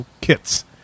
kits